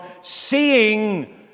seeing